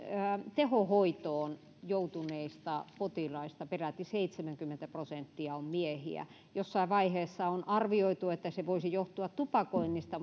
tehohoitoon joutuneista potilaista peräti seitsemänkymmentä prosenttia on miehiä jossain vaiheessa on arvioitu että se voisi johtua tupakoinnista